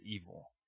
evil